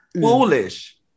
foolish